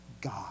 God